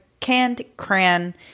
canned-cran